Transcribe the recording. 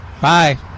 Bye